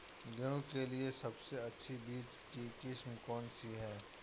गेहूँ के लिए सबसे अच्छी बीज की किस्म कौनसी है?